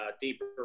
deeper